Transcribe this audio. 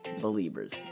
Believers